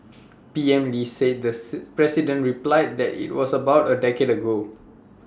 P M lee said the president replied that IT was about A decade ago